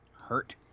hurt